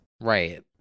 Right